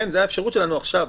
לכן זאת האפשרות שלנו עכשיו,